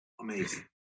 Amazing